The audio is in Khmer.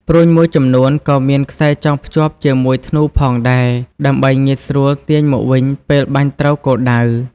ព្រួញមួយចំនួនក៏មានខ្សែចងភ្ជាប់ជាមួយធ្នូផងដែរ ដើម្បីងាយស្រួលទាញមកវិញពេលបាញ់ត្រូវគោលដៅ។